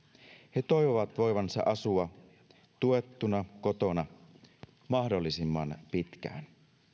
he toivovat voivansa asua tuettuna kotona mahdollisimman pitkään